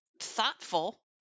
thoughtful